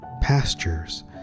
pastures